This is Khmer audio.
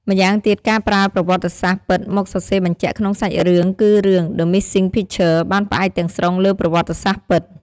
ម្យ៉ាងទៀតការប្រើប្រវត្តិសាស្រ្តពិតមកសរបញ្ជាក់ក្នុងសាច់រឿងគឺរឿង "The Missing Picture" បានផ្អែកទាំងស្រុងលើប្រវត្តិសាស្ត្រពិត។